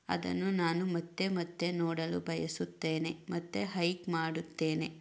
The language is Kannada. ಅದನ್ನು ನಾನು ಮತ್ತೆ ಮತ್ತೆ ನೋಡಲು ಬಯಸುತ್ತೇನೆ ಮತ್ತೆ ಹೈಕ್ ಮಾಡುತ್ತೇನೆ